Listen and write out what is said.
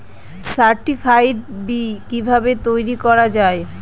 Certified বি কিভাবে তৈরি করা যায়?